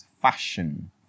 Fashion